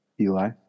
Eli